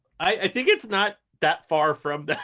i think it's not that far from that.